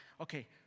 okay